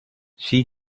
she